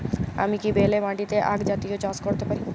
আমি কি বেলে মাটিতে আক জাতীয় চাষ করতে পারি?